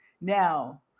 now